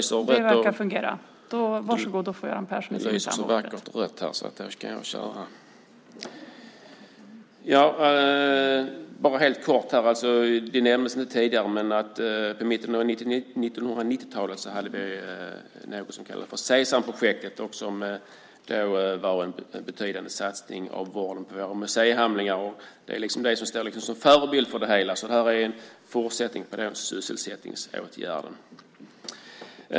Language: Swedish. Fru talman! Det nämndes inte tidigare, men i mitten av 1990-talet hade vi något som kallades Sesamprojektet och som var en betydande satsning på vård av museihandlingar. Det är det som står som en förebild för det hela, och det här är en fortsättning på den sysselsättningsåtgärden.